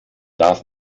darf